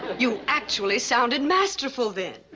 you actually sounded masterful then.